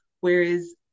whereas